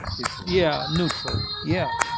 neutral yeah, neutral. yeah,